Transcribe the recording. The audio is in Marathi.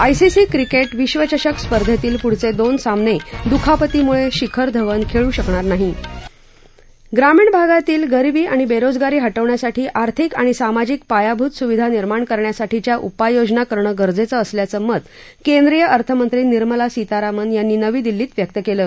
आयसीसी क्रिक्ट्व विश्वचषक स्पर्धेतील पुढचविन सामनविुखापतीमुळशिखर धवन खळू शकणार नाही ग्रामीण भागातील गरीबी आणि बरीजगारी हटवण्यासाठी आर्थिक आणि सामाजिक पायाभूत सुविधा निर्माण करण्यासाठीच्या उपाययोजना करणं गरजद्दअसल्याचं मत केंद्रीय अर्थमंत्री निर्मला सीतारामन यांनी नवी दिल्लीत व्यक्त क्लि